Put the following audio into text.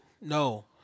No